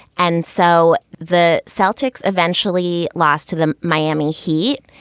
and so the celltex eventually lost to the miami heat.